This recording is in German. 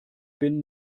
bin